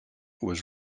was